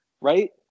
right